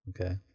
Okay